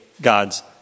God's